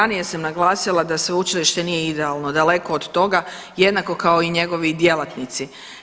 I ranije sam naglasila da sveučilište nije idealno, daleko od toga jednako kao i njegovi djelatnici.